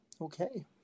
Okay